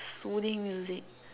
soothing music